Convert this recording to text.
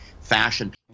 fashion